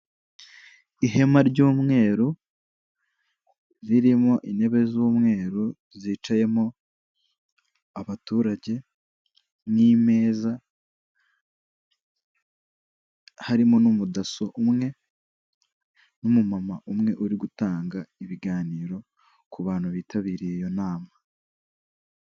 Ihema ry'umweru ririmo intebe z'umweru zicayemo abaturage n'imeza, harimo n'umudaso umwe n'umumama umwe uri gutanga ibiganiro ku bantu bitabiriye iyo nama.